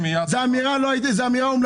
זו הייתה אמירה אומללה.